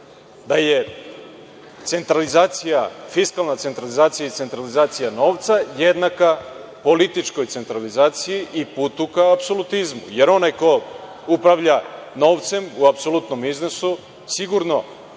da je centralizacija, fiskalna centralizacija i centralizacija novca jednaka političkoj centralizaciji i putu ka apsolutizmu. Onaj ko upravlja novcem u apsolutnom iznosu sigurno